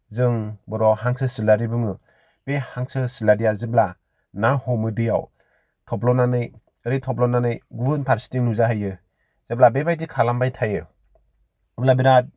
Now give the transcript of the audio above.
जों बर'आव हांसो सिलारि बुङो बे हांसो सिलारिया जेब्ला ना हमो दैयाव थब्ल'नानै ओरै थब्ल'नानै गुबुन फारसेथिं नुजाहैयो जेब्ला बेबादि खालामबाय थायो अब्ला बिराद